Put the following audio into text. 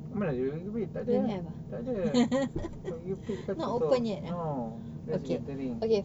mana jual barbecue pit tak ada ah tak ada barbecue pit kan tutup no that's re-entering